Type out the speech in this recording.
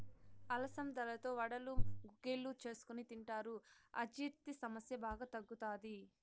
అలసందలతో వడలు, గుగ్గిళ్ళు చేసుకొని తింటారు, అజీర్తి సమస్య బాగా తగ్గుతాది